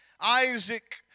Isaac